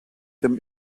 them